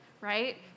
right